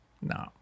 No